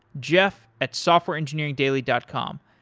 jeff at softwareengineeringdaily dot com.